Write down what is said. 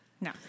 No